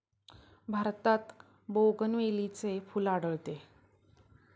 भारतात बोगनवेलीचे फूल आढळते